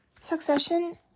Succession